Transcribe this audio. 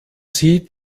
sie